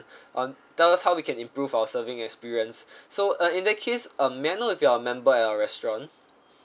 um tell us how we can improve our serving experience so uh in that case um may I know if you are a member at our restaurant